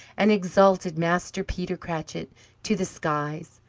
and exalted master peter cratchit to the skies,